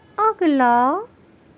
اگلا